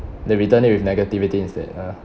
they return it with negativity instead ah